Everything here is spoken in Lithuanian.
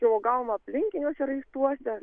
tai uogavom aplinkiniuose raistuose